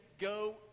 go